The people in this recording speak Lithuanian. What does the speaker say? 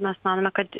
mes manome kad